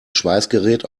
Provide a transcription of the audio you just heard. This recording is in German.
schweißgerät